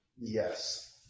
Yes